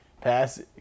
pass